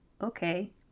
Okay